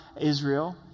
Israel